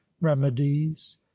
remedies